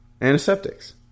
Antiseptics